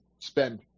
spend